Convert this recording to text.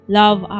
love